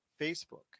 Facebook